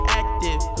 active